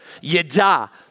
Yada